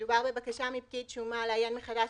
מדובר בבקשה מפקיד שומה לעיין מחדש